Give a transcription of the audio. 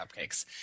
cupcakes